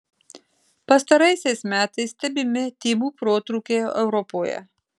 pastaraisiais metais stebimi tymų protrūkiai europoje